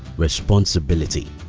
responsibility.